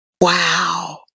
wow